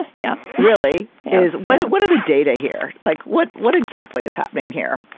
yeah really is what what are the data here? like what what exactly is happening here?